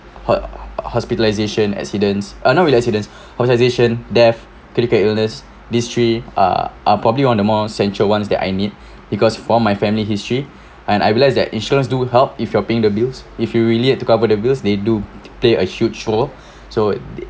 her~ hospitalisation accidents uh not really accidents hospitalisation death critical illness these three uh are probably one the more central ones that I need because for my family history and I realised that insurance do help if you're paying the bills if you really had to cover the bills they do play a huge role so